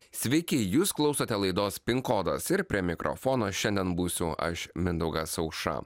sveiki jūs klausote laidos pin kodas ir prie mikrofono šiandien būsiu aš mindaugas aušra